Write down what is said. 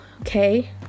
okay